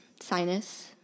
sinus